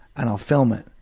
and i'll film it.